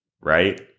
right